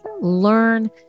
learn